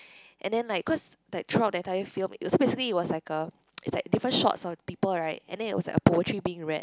and then like cause like throughout the entire film it was basically it was like a it's like a different shots of people right and then it was like a poetry being read